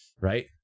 right